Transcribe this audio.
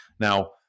Now